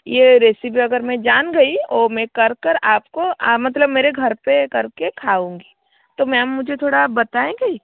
ये रेसिपी अगर मैं जान गई वो मैं कर कर आपको मतलब मेरे घर पर कर के खाऊँगी तो मैम मुझे थोड़ा आप बताएंगी